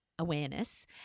awareness